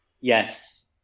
Yes